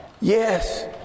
Yes